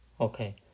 Okay